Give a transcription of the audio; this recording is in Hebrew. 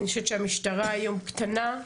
אני חושבת שהמשטרה היום קטנה.